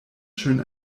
schön